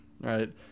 right